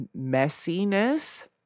messiness